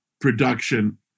production